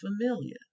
familiar